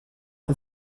and